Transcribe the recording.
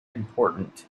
important